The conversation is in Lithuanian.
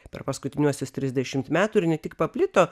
per paskutiniuosius trisdešimt metų ir ne tik paplito